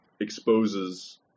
exposes